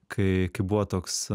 kai buvo toks